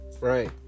Right